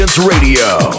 Radio